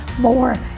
more